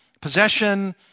possession